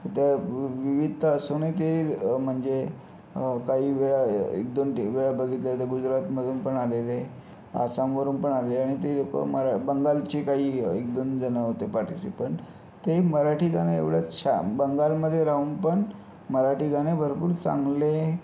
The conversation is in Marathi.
तर त्या विविधता असूनही ते म्हणजे काहीवेळा एक दोन वेळा बघितलं ते गुजरातमधून पण आलेले आसामवरून पण आले आणि ते लोकं मरा बंगालची काही एक दोन जणं होते पार्टीसिपंट ते मराठी गाणं एवढ्या छा बंगालमध्ये राहून पण मराठी गाणे भरपूर चांगले